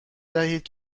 دهید